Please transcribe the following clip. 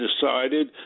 decided